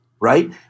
right